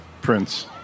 Prince